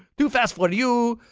two fast four u